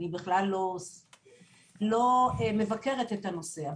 אני בכלל לא מבקרת את הנושא.